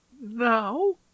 now